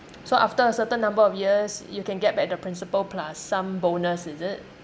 so after a certain number of years you can get back the principal plus some bonus is it